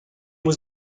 was